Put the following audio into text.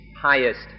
highest